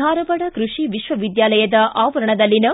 ಧಾರವಾಡ ಕೃಷಿವಿಶ್ವವಿದ್ಯಾಲಯದ ಆವರಣದಲ್ಲಿನ